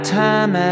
time